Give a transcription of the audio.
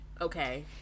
Okay